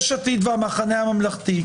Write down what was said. יש עתיד והמחנה הממלכתי,